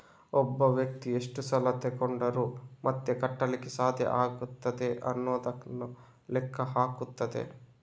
ಒಬ್ಬ ವ್ಯಕ್ತಿ ಎಷ್ಟು ಸಾಲ ತಗೊಂಡ್ರೆ ಮತ್ತೆ ಕಟ್ಲಿಕ್ಕೆ ಸಾಧ್ಯ ಆಗ್ತದೆ ಅನ್ನುದನ್ನ ಲೆಕ್ಕ ಹಾಕ್ತದೆ